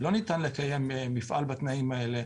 לא ניתן לקיים מפעל בתנאים האלה.